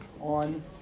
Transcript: on